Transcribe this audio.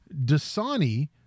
Dasani